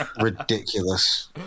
ridiculous